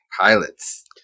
Pilots